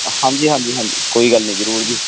ਹਾਂਜੀ ਹਾਂਜੀ ਹਾਂਜੀ ਕੋਈ ਗੱਲ ਨਹੀਂ ਜ਼ਰੂਰ ਜੀ